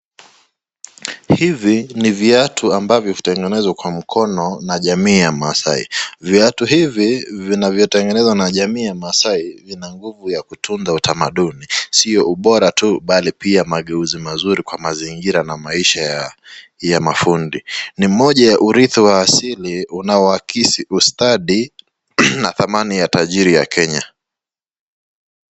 Hivi ni viatu ambavyo hutengenezwa kwa mkono na jamii ya Maasai .Viatu hivi vinavyotengenezwa na jamii ya maasai vina nguvu ya kutunza utamaduni , sio ubora tu mbali pia mageuzi mazuri kwa mazingira na maisha ya mahudi . Moja ya asili ya urithi inahakisi ustadi na dhamani ya utajiri ya Kenya.